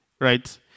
right